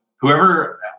whoever